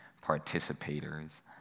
participators